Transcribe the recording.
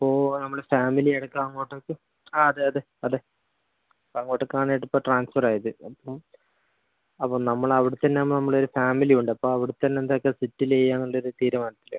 അപ്പോൾ നമ്മൾ ഫാമിലി അടക്കം അങ്ങോട്ടേക്ക് ആ അതെ അതെ അതെ അപ്പം അങ്ങോട്ടേക്ക് ആണ് ഇത് ഇപ്പം ട്രാൻസ്ഫർ ആയത് അപ്പം അപ്പം നമ്മൾ അവിടെത്തന്നെ ആവുമ്പോൾ നമ്മള ഒരു ഫാമിലിയും ഉണ്ട് അപ്പം അവിടെത്തന്നെ എന്താക്കാം സെറ്റിൽ ചെയ്യാമെന്ന് ഉള്ള ഒരു തീരുമാനത്തില്